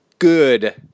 Good